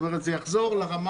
זאת אומרת שזה יחזור לרמה